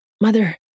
Mother